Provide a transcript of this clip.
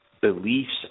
beliefs